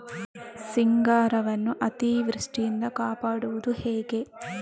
ಸಿಂಗಾರವನ್ನು ಅತೀವೃಷ್ಟಿಯಿಂದ ಕಾಪಾಡುವುದು ಹೇಗೆ?